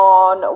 on